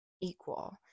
equal